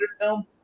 film